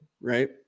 Right